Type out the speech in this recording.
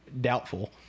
Doubtful